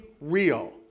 real